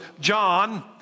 John